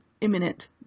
imminent